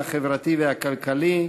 החברתי והכלכלי.